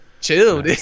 chill